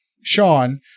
Sean